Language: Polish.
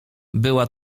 była